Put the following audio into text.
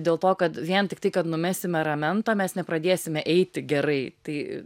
dėl to kad vien tiktai kad numesime ramentą mes nepradėsime eiti gerai tai